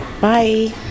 Bye